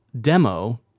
demo